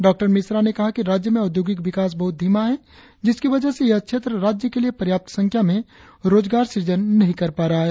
डॉ मिश्रा ने कहा कि राज्य में औद्योगिक विकास बहुत धीमा है जिसकी वजह से यह क्षेत्र राज्य के लिए पर्याप्त संख्या में रोजगार सृजन नहीं कर पा रहा है